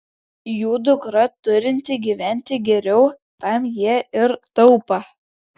jų dukra turinti gyventi geriau tam jie ir taupą